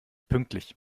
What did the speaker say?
pünktlich